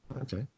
Okay